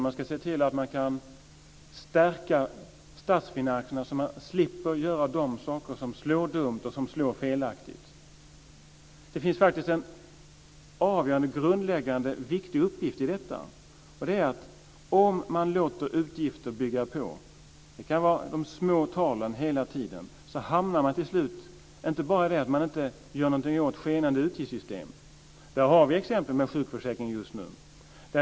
Man ska se till att man kan stärka statsfinanserna så att man slipper göra saker som slår dumt och felaktigt. Det finns faktiskt en avgörande och grundläggande viktig uppgift i detta. Om man låter utgifterna byggas på - det kan vara små tal hela tiden - hamnar man till slut fel. Det är inte bara det att man inte gör någonting åt skenande utgiftssystem. Där har vi exemplet med sjukförsäkringen just nu.